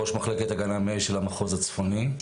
ראש מחלקת הגנה מאש של המחוז הצפוני.